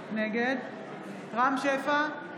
נגד רם שפע,